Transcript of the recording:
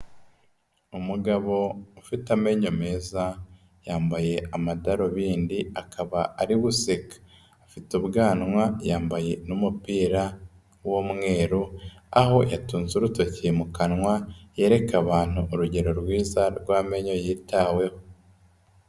Umugabo ufite amenyo meza yambaye amadarubindi akaba ari useke, afite ubwanwa yambaye n'umupira w'umweru, aho yatunze urutoki mu kanwa yereka abantu urugero rwiza rw'amenyo yitaweho.